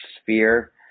sphere